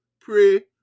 pray